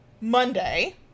Monday